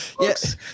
Yes